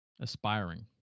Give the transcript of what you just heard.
aspiring